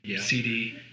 CD